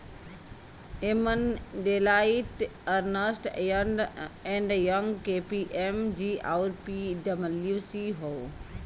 एमन Deloitte, Ernst and Young, KPMG आउर पी.डब्ल्यू.सी हौ